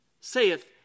saith